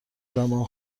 زمان